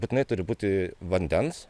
būtinai turi būti vandens